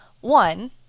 one